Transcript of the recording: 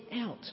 out